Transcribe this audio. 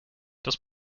das